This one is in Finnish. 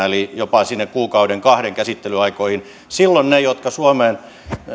eli jopa sinne kuukauden kahden käsittelyaikoihin silloin niille jotka suomeen